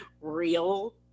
real